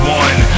one